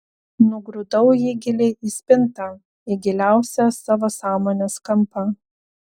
nugrūdau jį giliai į spintą į giliausią savo sąmonės kampą